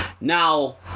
Now